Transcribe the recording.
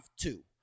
two